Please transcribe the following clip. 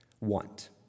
want